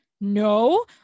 no